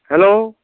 hello